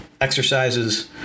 exercises